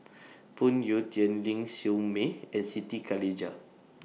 Phoon Yew Tien Ling Siew May and Siti Khalijah